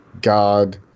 God